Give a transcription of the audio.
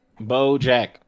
BoJack